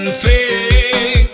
free